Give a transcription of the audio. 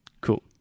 Cool